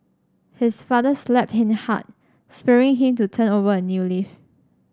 his father slapped him hard spurring him to turn over a new leaf